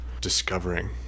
discovering